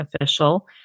official